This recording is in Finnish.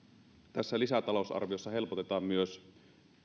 tässä lisätalousarviossa helpotetaan myös